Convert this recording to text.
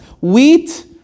Wheat